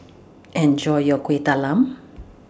Enjoy your Kueh Talam